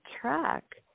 track